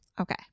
Okay